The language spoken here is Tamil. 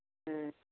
ம்